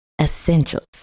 essentials